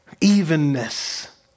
evenness